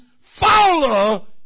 follow